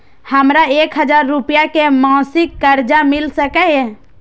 हमरा एक हजार रुपया के मासिक कर्जा मिल सकैये?